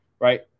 right